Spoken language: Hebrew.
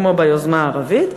כמו ביוזמה הערבית,